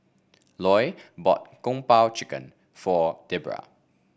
Loy bought Kung Po Chicken for Debra